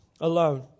alone